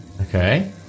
Okay